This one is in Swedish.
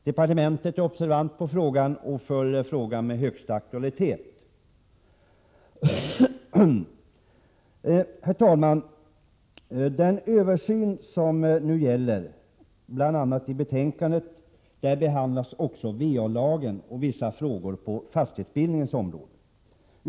Departementet är observant på frågan och följer den. I betänkandet behandlas också va-lagen och vissa frågor på fastighetsbildningens område.